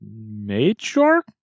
Major